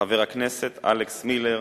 חבר הכנסת אלכס מילר,